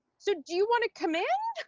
so, do you want to come in?